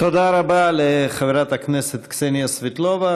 תודה רבה לחברת הכנסת קסניה סבטלובה.